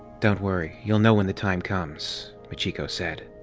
don't worry you'll know when the time comes. machiko said.